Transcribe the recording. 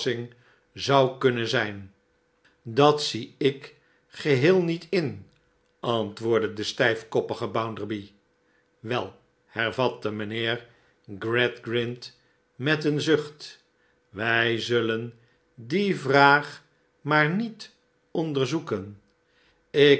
zou kunnen zijn dat zie ik geheel niet in antwoordde de stijfkoppige bounderby wel hervatte mijnheer gradgrind met een zucht wij zullen die vraag maar niet onderzoeken ik